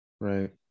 Right